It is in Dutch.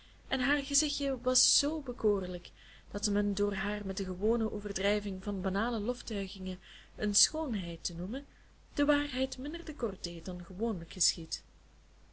en haar gezichtje was z bekoorlijk dat men door haar met de gewone overdrijving van banale loftuigingen een schoonheid te noemen der waarheid minder te kort deed dan gewoonlijk geschiedt